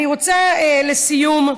אני רוצה, לסיום,